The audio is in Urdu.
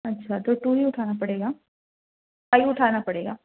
اچھا تو ٹو ہی اٹھانا پڑے گا فائیو اٹھانا پڑے گا